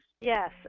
Yes